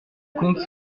comte